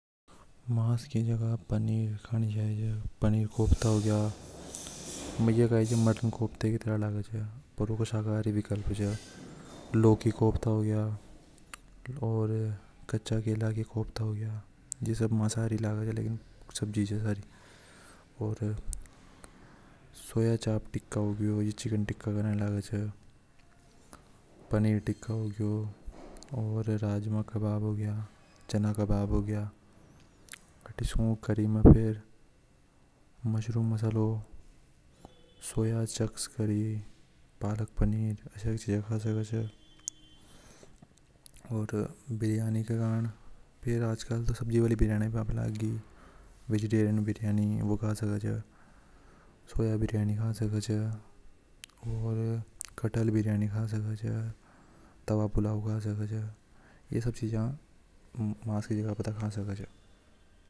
मास खाने की जगह ﻿पनीर खानि चाहिए पनीर कोफ्ता हो गया ये मटन कोफ्ते की तरह लगे च लौकी कोफ्ता हो गया और कच्चा केले का कोफ्ता हो गया। यह सब मांसाहारी लगे छ पर शाकाहारी हे लेकिन सब्जी से सारी और सोया चाप टिक्का होगया ये चिकन टिक्का के नई लगे। छ राजमा कबाब हो गया चना कबाब हो गया अटी सु करी में फेर मशरूम मसालो सोया सेक्स करि पालक पनीर आशय की जीजा खा सके छ और बिरयानी के कारण फिर आजकल तो सब्जी वाली बिरयानी पाप लागी वेजिटेरियन बिरयानी सोया बिरयानी खा सके छ। और कटहल बिरयानी खा सकते हैं तवा पुलाव खा सके छ ऐसी चीजें खा सके छ।